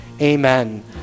amen